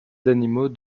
d’animaux